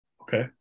Okay